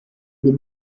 nimm